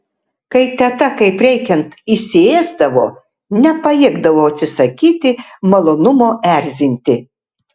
kai teta kaip reikiant įsiėsdavo nepajėgdavau atsisakyti malonumo erzinti